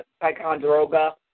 Ticonderoga